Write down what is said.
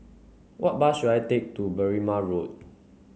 what bus should I take to Berrima Road